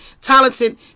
talented